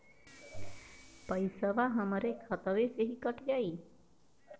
पेसावा हमरा खतवे से ही कट जाई?